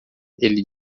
ele